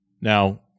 Now